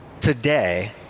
today